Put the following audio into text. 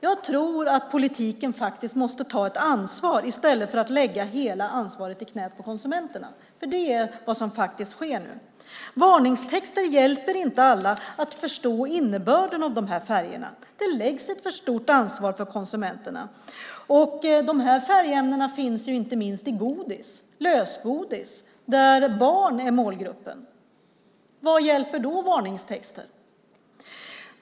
Jag tror att politiken måste ta ansvar i stället för att lägga hela ansvaret i knät på konsumenterna. Det är vad som sker nu. Varningstexter hjälper inte alla att förstå innebörden när det gäller de här färgerna. Det läggs ett för stort ansvar på konsumenterna. De här färgämnena finns inte minst i godis, lösgodis, där barn är målgruppen. Vad hjälper då varningstexter?